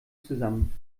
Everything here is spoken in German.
zusammen